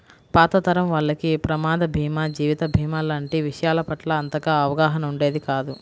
పాత తరం వాళ్లకి ప్రమాద భీమా, జీవిత భీమా లాంటి విషయాల పట్ల అంతగా అవగాహన ఉండేది కాదు